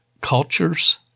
cultures